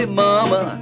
mama